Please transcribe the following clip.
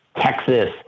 Texas